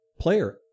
player